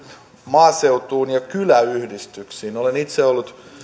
maaseutuun ja kyläyhdistyksiin olen itse ollut